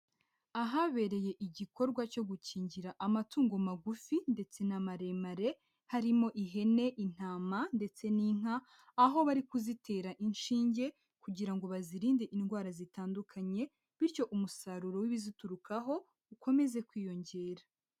Ahabereye igikorwa cyo gukingira amatungo magufi ndetse na maremare, harimo ihene, intama ndetse n'inka, aho bari kuzitera inshinge kugira ngo bazirinde indwara zitandukanye bityo umusaruro w'ibiziturukaho ukomeze kwiyongera.